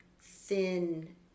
thin